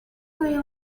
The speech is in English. play